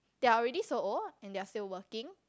they're already so old and they're still working